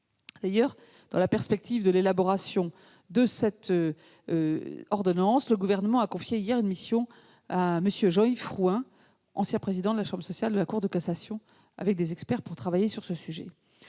D'ailleurs, dans la perspective de l'élaboration de cette ordonnance, le Gouvernement a confié, hier, une mission à M. Jean-Yves Frouin, ancien président de la chambre sociale de la Cour de cassation, qui sera accompagné d'experts pour travailler sur ce sujet.